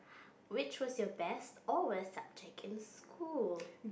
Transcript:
which was your best or well subject in school